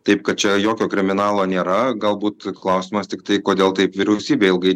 taip kad čia jokio kriminalo nėra galbūt klausimas tiktai kodėl taip vyriausybė ilgai